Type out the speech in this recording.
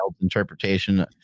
interpretation